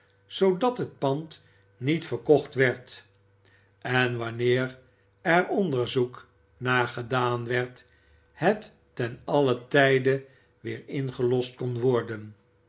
zoodat het pand niet verkocht werd en wanneer er onderzoek naar gedaan werd het ten allen tijde weer ingelost kon worden